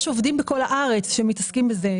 יש עובדים בכל הארץ שמתעסקים בזה,